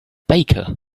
baker